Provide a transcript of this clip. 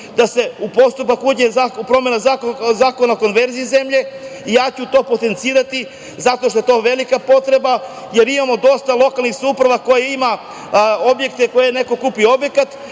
da se u postupak uđe u promenu Zakona o konverziji zemlje? Ja ću to potencirati, zato što je to velika potreba, jer imamo dosta lokalnih samouprava koje imaju objekte koje je neko kupio objekat,